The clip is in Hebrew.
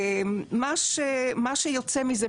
מה שיוצא מזה,